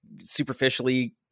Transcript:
superficially